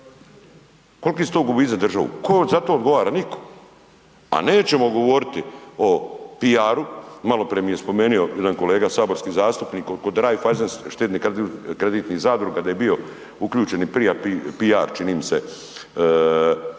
koliki su to gubici za državu, tko za to odgovara? Nitko. A nećemo govoriti o PR-u, maloprije mi je spomenu jedan kolega saborski zastupnik kod Raiffeisen štedno-kreditnih zadruga da je bio uključen i prije PR, PR Macan, da je